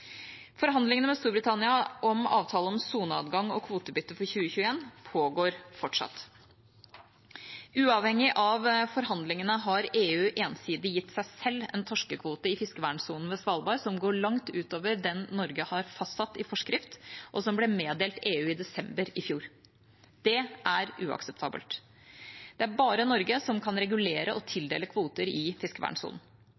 Forhandlingene med Storbritannia om avtale om soneadgang og kvotebytte for 2021 pågår fortsatt. Uavhengig av forhandlingene har EU ensidig gitt seg selv en torskekvote i fiskevernsonen ved Svalbard som går langt utover den Norge har fastsatt i forskrift, og som ble meddelt EU i desember i fjor. Det er uakseptabelt. Det er bare Norge som kan regulere og